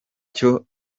cyo